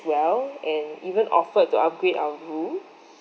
well and even offered to upgrade our room